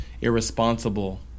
irresponsible